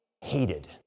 Hated